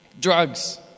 drugs